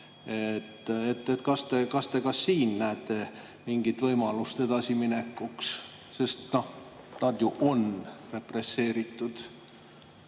Kas te ka siin näete mingit võimalust edasiminekuks? Sest nad ju on represseeritud.